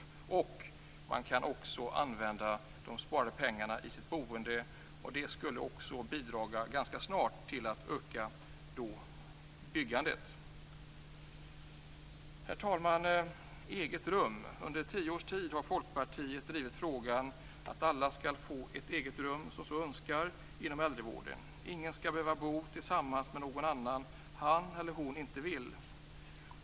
De sparade pengarna kan också användas i det egna boendet. Det skulle också ganska snart bidra till att öka byggandet. Herr talman! Under tio års tid har Folkpartiet drivit frågan om att alla skall få ett eget rum som så önskar inom äldrevården. Ingen skall behöva bo tillsammans med någon annan om han eller hon inte vill.